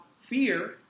fear